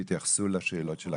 נקווה שיתייחסו לשאלות שלך,